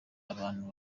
abantu